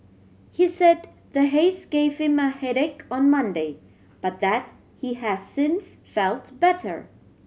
he said the haze gave him a headache on Monday but that he has since felt better